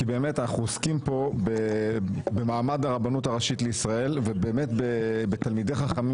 כי אנחנו עוסקים פה במעמד הרבנות הראשית לישראל ובתלמידי חכמים,